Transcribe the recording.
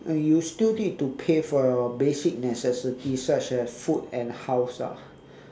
you still need to pay for your basic necessities such as food and house lah